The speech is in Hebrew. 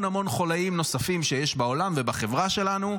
המון חוליים נוספים שיש בעולם ובחברה שלנו.